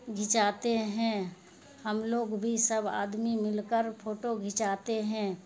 کھنچاتے ہیں ہم لوگ بھی سب آدمی مل کر فوٹو گھنچاتے ہیں